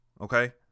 Okay